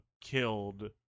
killed